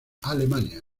alemania